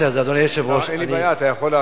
אתה יכול,